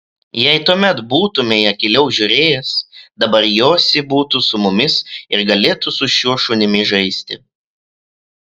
jei tuomet būtumei akyliau žiūrėjęs dabar josi būtų su mumis ir galėtų su šiuo šunimi žaisti